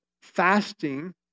Fasting